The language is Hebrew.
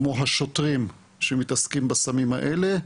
כמו השוטרים שמתעסקים בסמים האלה,